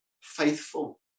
faithful